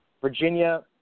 Virginia